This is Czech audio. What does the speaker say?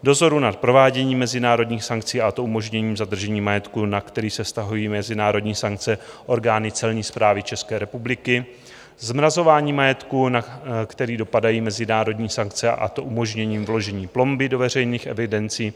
dozoru nad prováděním mezinárodních sankcí, a to umožněním zadržení majetku, na který se vztahují mezinárodní sankce, orgány Celní správy České republiky; zmrazování majetku, na který dopadají mezinárodní sankce, a to umožněním vložení plomby do veřejných evidencí;